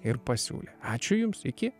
ir pasiūlė ačiū jums iki